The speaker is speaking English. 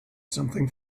something